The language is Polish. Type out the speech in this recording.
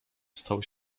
stał